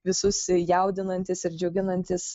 visus jaudinantis ir džiuginantis